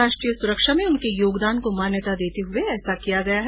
राष्ट्रीय सुरक्षा में उनके योगदान को मान्यता देते हुए ऐसा किया गया है